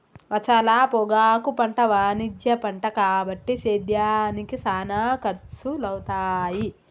అసల పొగాకు పంట వాణిజ్య పంట కాబట్టి సేద్యానికి సానా ఖర్సులవుతాయి